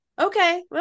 Okay